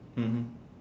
mmhmm